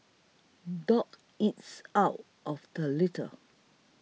dog eats out of the litter